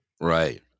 right